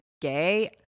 gay